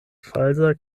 falsa